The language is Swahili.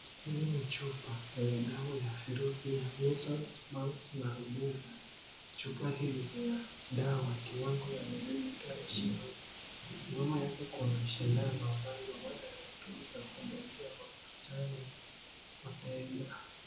Hili ni chupa lenye dawa ya vizuri ya measles, mumps na rubella . Chupa hili lina dawa ya kiwango ya millilitre ishirini, nyuma yake kuna sindani ambayo huenda lilitumika kudungia mguu chanjo .